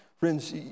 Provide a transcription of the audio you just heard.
Friends